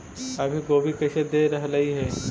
अभी गोभी कैसे दे रहलई हे?